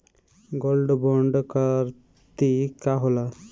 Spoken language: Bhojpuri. गोल्ड बोंड करतिं का होला?